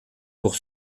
pour